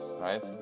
right